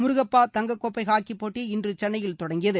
முருகப்பா தங்க கோப்பை ஹாக்கிப் போட்டி இன்று சென்னையில் தொடங்கியது